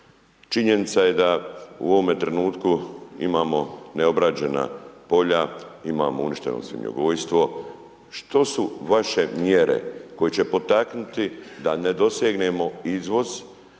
Činjenica je da u ovome trenutku imamo neobrađena polja, imamo uništeno svinjogojstvo. Što su vaše mjere koje će potaknuti da ne dosegnemo izvoz